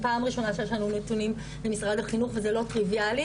פעם ראשונה שיש לנו נתונים ממשרד החינוך וזה לא טריוויאלי.